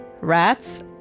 rats